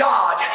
God